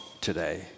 today